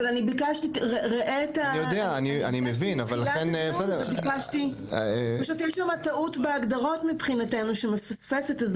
אבל אני ביקשתי ויש שם פשוט טעות בהגדרות בעיננו שמפספסת,